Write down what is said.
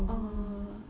oh